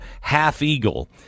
half-eagle